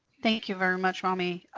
thank you very much, mami.